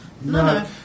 No